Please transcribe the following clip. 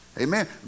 Amen